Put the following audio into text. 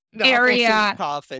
area